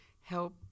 help